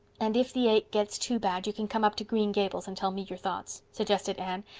and if the ache gets too bad you can come up to green gables and tell me your thoughts, suggested anne,